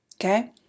okay